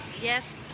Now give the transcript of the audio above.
Yes